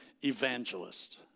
evangelist